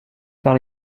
par